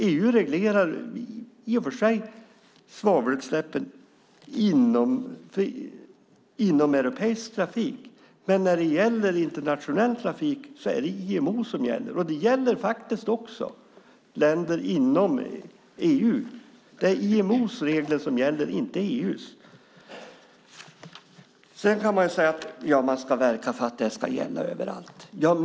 EU reglerar i och för sig svavelutsläpp för inomeuropeisk trafik, men när det gäller internationell trafik är det IMO:s regler som gäller. De gäller faktiskt också länder inom EU. Det är IMO:s regler som gäller, inte EU:s. Sedan kan man säga att man ska verka för att reglerna ska gälla överallt.